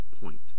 point